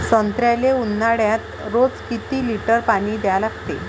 संत्र्याले ऊन्हाळ्यात रोज किती लीटर पानी द्या लागते?